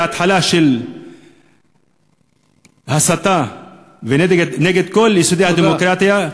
התחלה של הסתה ונגד כל יסודות הדמוקרטיה,